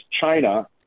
China